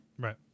Right